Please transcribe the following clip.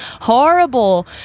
horrible